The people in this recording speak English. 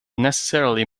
necessarily